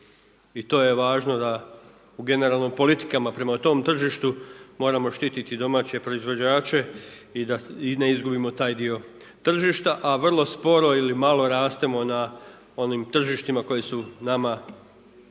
I to je važno da u generalnim politikama prema tom tržištu moramo štiti domaće proizvođače i da ne izgubimo taj dio tržišta. A vrlo sporo ili malo rastemo na onim tržištima koji su nama